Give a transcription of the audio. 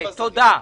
תודה.